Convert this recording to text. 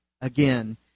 Again